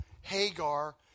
Hagar